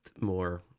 more